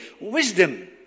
wisdom